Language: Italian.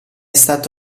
stato